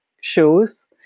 shows